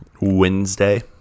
Wednesday